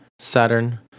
Saturn